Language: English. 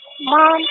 Mom